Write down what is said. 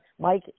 Mike